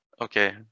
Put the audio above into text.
okay